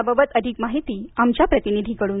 याबाबत अधिक माहिती आमच्या प्रतिनिधीकडून